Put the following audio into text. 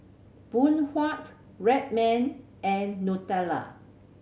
Phoon Huat Red Man and Nutella